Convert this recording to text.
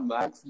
Max